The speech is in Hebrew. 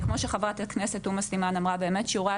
אז כמו שחברת הכנסת עאידה תומא סלימאן באמת שיעורי